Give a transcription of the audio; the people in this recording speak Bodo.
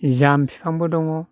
जाम बिफांबो दङ